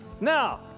Now